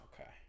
Okay